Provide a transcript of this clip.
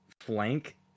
flank